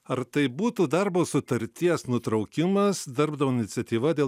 ar tai būtų darbo sutarties nutraukimas darbdavio iniciatyva dėl